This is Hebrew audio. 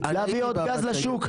להביא עוד גז לשוק.